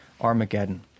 Armageddon